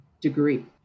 degree